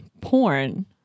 porn